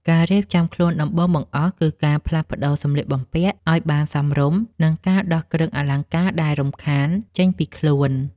ការរៀបចំខ្លួនដំបូងបង្អស់ គឺការផ្លាស់ប្តូរសម្លៀកបំពាក់ឱ្យបានសមរម្យ និងការដោះគ្រឿងអលង្ការដែលរំខានចេញពីខ្លួន។